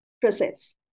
process